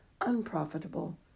unprofitable